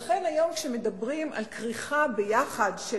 לכן כשמדברים היום על כריכה ביחד של